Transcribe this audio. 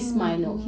mmhmm mmhmm